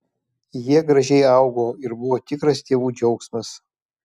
jie gražiai augo ir buvo tikras tėvų džiaugsmas